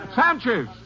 Sanchez